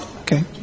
Okay